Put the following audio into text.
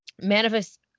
manifest